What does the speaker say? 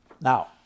Now